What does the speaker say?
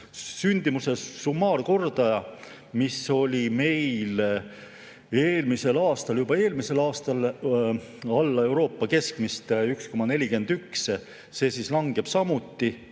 Sündimuse summaarkordaja, mis oli meil eelmisel aastal, juba eelmisel aastal alla Euroopa keskmise, 1,41, langeb samuti.